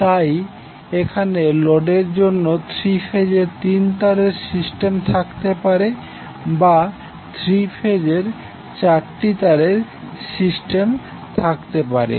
তাই এখানে লোডের জন্য থ্রী ফেজের তিন তারের সিস্টেম থাকতে পারে বা থ্রী ফেজের চারটি তারের সিস্টেমের থাকতে পারে